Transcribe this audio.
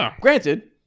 Granted